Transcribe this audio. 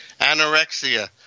anorexia